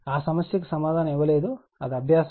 ఆ సమస్యకు కు సమాధానం ఇవ్వలేదు ఇది ఒక అభ్యాసం